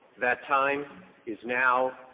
that time is now,